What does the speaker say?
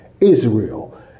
Israel